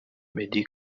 meddie